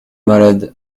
malades